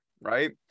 Right